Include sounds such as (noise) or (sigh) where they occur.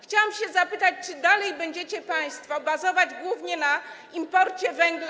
Chciałam zapytać, czy dalej będziecie państwo bazować głównie na (noise) imporcie węgla.